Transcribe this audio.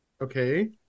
Okay